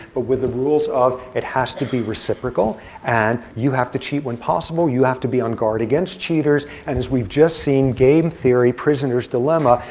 but with the rules of has to be reciprocal and you have to cheat when possible. you have to be on guard against cheaters. and as we've just seen, game theory, prisoner's dilemma,